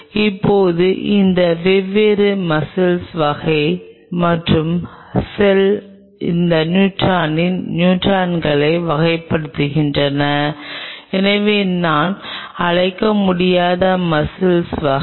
இப்போது இந்த வெவ்வேறு மஸ்ஸிள் வகை மற்றும் செல் இந்த நியூரானின் நியூரான்களை வகைப்படுத்துகின்றன எனவே நான் அழைக்க முடியாத மஸ்ஸிள் வகை